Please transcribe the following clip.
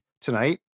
tonight